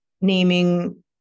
naming